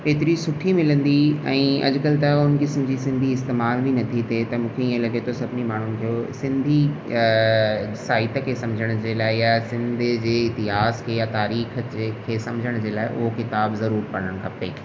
एतिरी सुठी मिलंदी ऐं अॼुकल्ह त हुन क़िस्म जी सिंधी इस्तेमालु बि नथी थिए त मूंखे इअं लॻे थो सभिनी माण्हुनि जो सिंधी साहित्य खे समुझण जे लाइ या सिंधीअ जी इतिहास या तारीख़ जे खे समुझण जे लाइ उहो किताबु ज़रूरु पढ़णु खपे